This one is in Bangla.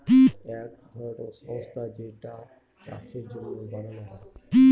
এক ধরনের সংস্থা যেইটা চাষের জন্য বানানো হয়